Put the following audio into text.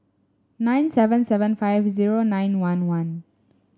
nine seven seven five zero nine one one